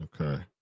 Okay